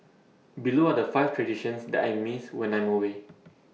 below are the five traditions that I miss when I'm away